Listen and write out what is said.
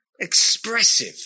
expressive